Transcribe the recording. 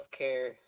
healthcare